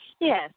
Yes